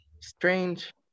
strange